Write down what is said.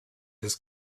his